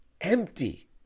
empty